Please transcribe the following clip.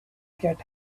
get